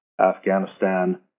Afghanistan